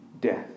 death